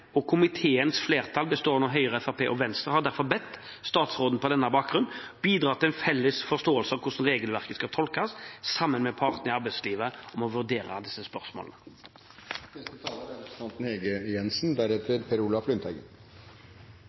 og komiteens flertall, bestående av Høyre, Fremskrittspartiet og Venstre, har derfor bedt statsråden på denne bakgrunn å bidra til en felles forståelse av hvordan regelverket skal tolkes, og at statsråden sammen med partene i arbeidslivet vurderer disse spørsmålene. Det å forby visse typer ansettelseskontrakter i norskregistrerte foretak er